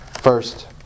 First